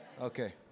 Okay